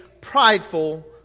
prideful